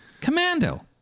Commando